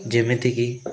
ଯେମିତି କି